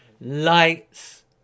lights